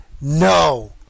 No